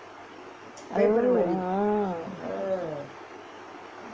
I don't know ah